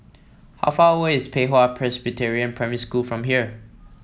how far away is Pei Hwa Presbyterian Primary School from here